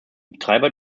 betreiber